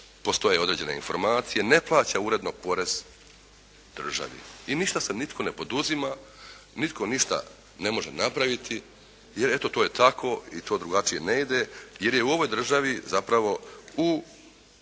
postoje određene informacije, ne plaća uredno porez državi i ništa se nitko ne poduzima, nitko ništa ne može napraviti jer eto to je tako i to drugačije ne ide. Jer je u ovoj državi zapravo